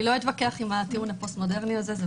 לא אתמודד עם הטיעון הפוסט מודרני הזה.